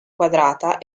quadrata